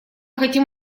хотим